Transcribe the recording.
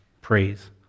praise